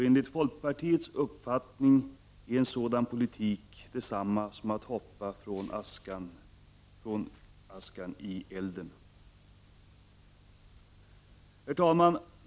Enligt folkpartiets uppfattning är en sådan politik detsamma som att hoppa ur askan i elden. Herr talman!